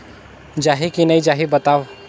जाही की नइ जाही बताव?